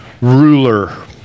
ruler